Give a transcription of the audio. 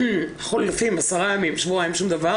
חולפים עשרה ימים, שבועיים, שום דבר